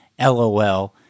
Lol